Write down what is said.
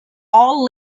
all